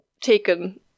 taken